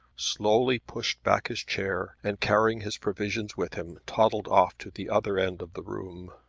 slowly pushed back his chair and, carrying his provisions with him, toddled off to the other end of the room.